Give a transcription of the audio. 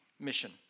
mission